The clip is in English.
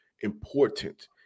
important